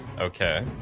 Okay